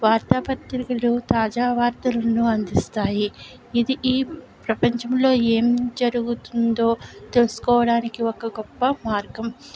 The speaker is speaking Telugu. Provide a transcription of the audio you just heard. వార్తా పత్రికలు తాజా వార్తలను అందిస్తాయి ఇది ఈ ప్రపంచంలో ఏం జరుగుతుందో తెలుసుకోవడానికి ఒక గొప్ప మార్గం